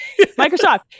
Microsoft